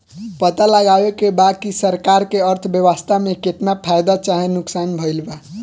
पता लगावे के बा की सरकार के अर्थव्यवस्था में केतना फायदा चाहे नुकसान भइल बा